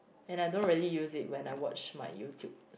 and I don't really use it when I watch my YouTube